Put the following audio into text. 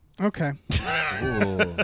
Okay